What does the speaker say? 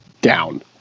down